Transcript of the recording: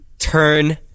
turn